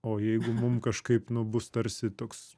o jeigu mum kažkaip nu bus tarsi toks